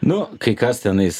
nu kai kas tenais